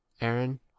Aaron